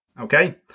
okay